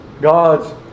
God's